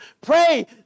pray